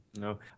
No